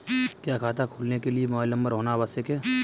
क्या खाता खोलने के लिए मोबाइल नंबर होना आवश्यक है?